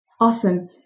Awesome